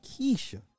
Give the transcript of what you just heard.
Keisha